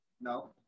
No